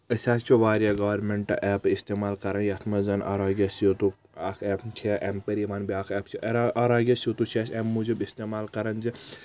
أسۍ حظ چھِ واریاہ گورمیٚنٛٹہٕ ایپ استعمال کرن یتھ منٛز زن آر آی گیٚس یتو اکھ ایپ چھِ ایٚمپٔری ون بیاکھ ایپ چھِ ایرا آر آی گیس یتو چھِ أسۍ امہِ موٗجوٗب استعمال کران زِ